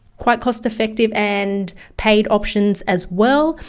quite cost effective and paid options as well.